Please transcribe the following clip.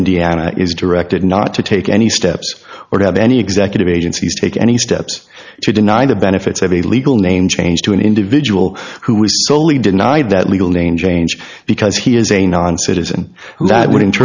indiana is directed not to take any steps or have any executive agencies take any steps to deny the benefits of a legal name change to an individual who was soley denied that legal name change because he is a non citizen who that would